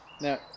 Now